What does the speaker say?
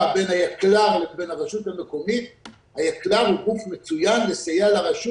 בין היקל"ר לבין הרשות המקומית היקל"ר הוא גוף מצוין לסייע לרשות